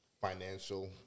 financial